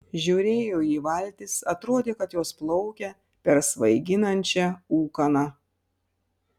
žiūrėjau į valtis atrodė kad jos plaukia per svaiginančią ūkaną